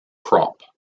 crop